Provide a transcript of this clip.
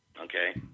Okay